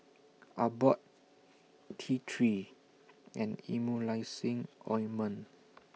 Abbott T three and Emulsying Ointment